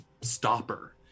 stopper